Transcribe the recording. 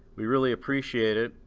we really appreciate it.